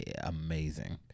amazing